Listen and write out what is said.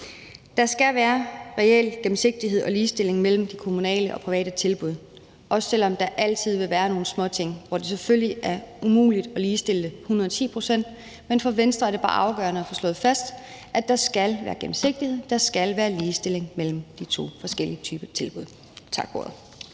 Der skal være reel gennemsigtighed og ligestilling mellem de kommunale og private tilbud, også selv om der altid vil være nogle småting, hvor det selvfølgelig er umuligt at ligestille det hundrede ti procent. Men for Venstre er det bare afgørende at få slået fast, at der skal være gennemsigtighed, og at der skal være ligestilling mellem de to forskellige typer tilbud. Tak for